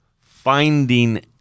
finding